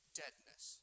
deadness